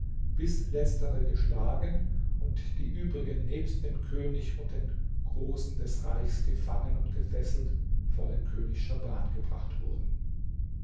bis letztere geschlagen und die übrigen nebst dem könig und den großen des reichs gefangen und gefesselt vor den könig schahban gebracht wurden